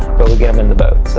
but we get him in the boat,